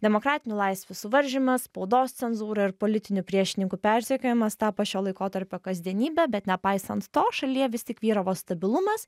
demokratinių laisvių suvaržymas spaudos cenzūra ir politinių priešininkų persekiojimas tapo šio laikotarpio kasdienybe bet nepaisant to šalyje vis tik vyravo stabilumas